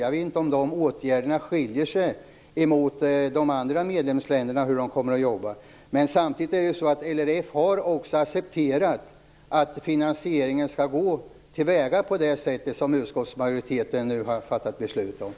Jag vet inte om dessa åtgärder skiljer sig från hur de andra medlemsländerna kommer att jobba, men det är samtidigt så att LRF har accepterat att finansieringen skall gå till väga på det sätt som utskottsmajoriteten nu har kommit fram till.